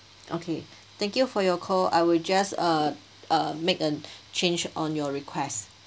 okay thank you for your call I will just uh make a change on your request